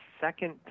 second